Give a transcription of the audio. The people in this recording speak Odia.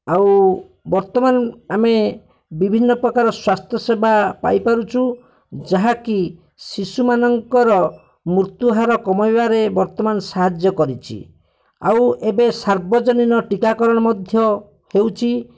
ଆଉ ବର୍ତ୍ତମାନ ଆମେ ବିଭିନ୍ନପ୍ରକାର ସ୍ୱାସ୍ଥ୍ୟସେବା ପାଇପାରୁଛୁ ଯାହାକି ଶିଶୁମାନଙ୍କର ମୃତ୍ୟୁହାର କମାଇବାରେ ବର୍ତ୍ତମାନ ସାହାଯ୍ୟ କରିଛି ଆଉ ଏବେ ସାର୍ବଜନୀନ ଟୀକାକରଣ ମଧ୍ୟ ହେଉଛି